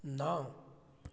ਨਾ